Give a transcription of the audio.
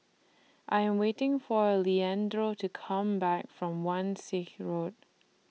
I Am waiting For Leandro to Come Back from Wan Shih Road